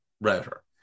router